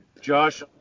Josh